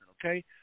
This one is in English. okay